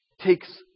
takes